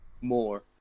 more